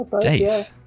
Dave